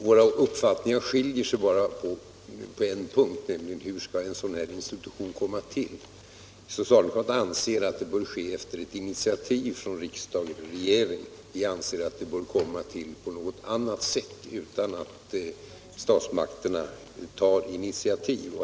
Våra uppfattningar skiljer sig bara på en punkt, nämligen när det gäller frågan om hur en sådan här institution skall komma till. Socialdemokraterna anser att det bör ske efter initiativ från regering och riksdag. Vi anser att den bör komma till på något annat sätt, dvs. utan att statsmakterna tar initiativ.